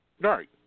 Right